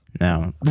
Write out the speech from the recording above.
No